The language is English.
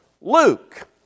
Luke